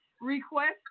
request